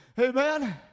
Amen